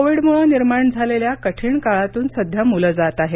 Covid मुळे निर्माण झालेल्या कठीण काळातून सध्या मुलं जात आहेत